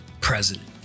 president